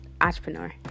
entrepreneur